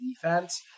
defense